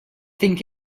think